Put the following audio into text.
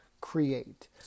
create